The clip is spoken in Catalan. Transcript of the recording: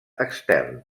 extern